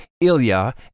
Ilya